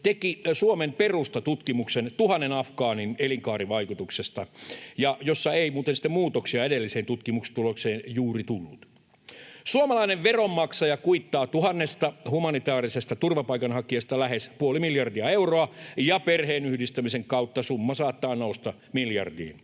teki Suomen Perusta tutkimuksen tuhannen afgaanin elinkaarivaikutuksesta — jossa ei muuten sitten muutoksia edelliseen tutkimustulokseen juuri tullut. Suomalainen veronmaksaja kuittaa tuhannesta humanitaarisesta turvapaikanhakijasta lähes puoli miljardia euroa, ja perheenyhdistämisen kautta summa saattaa nousta miljardiin